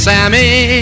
Sammy